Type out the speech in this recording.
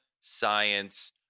science